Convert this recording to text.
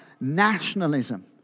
nationalism